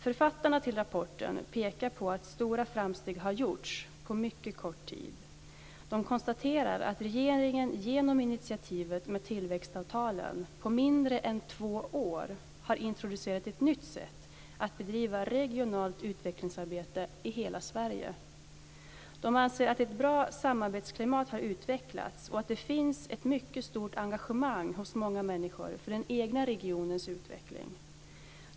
Författarna till rapporten pekar på att stora framsteg har gjorts på mycket kort tid. De konstaterar att regeringen genom initiativet med tillväxtavtalen på mindre än två år har introducerat ett nytt sätt att bedriva regionalt utvecklingsarbete i hela Sverige. De anser att ett bra samarbetsklimat har utvecklats och att det finns ett mycket stort engagemang hos många människor för den egna regionens utveckling.